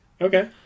Okay